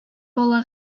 бала